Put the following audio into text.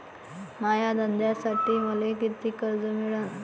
माया धंद्यासाठी मले कितीक कर्ज मिळनं?